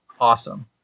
Awesome